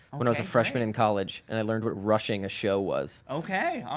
when i was a freshman in college and i learned what rushing a show was. okay, all